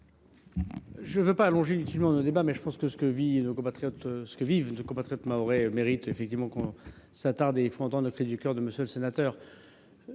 Je ne veux pas allonger inutilement nos débats, mais je pense que ce que vivent nos compatriotes mahorais mérite que nous nous y attardions. Il faut entendre le cri du cœur de M. le sénateur.